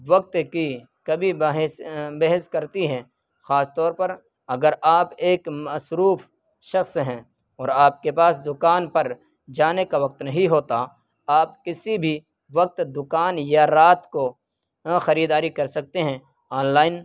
وقت کی کبھی بحث بحث کرتی ہے خاص طور پر اگر آپ ایک مصروف شخص ہیں اور آپ کے پاس دکان پر جانے کا وقت نہیں ہوتا آپ کسی بھی وقت دکان یا رات کو خریداری کر سکتے ہیں آن لائن